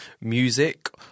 music